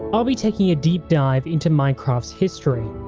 i'll be taking ah deep dive into minecraft's history,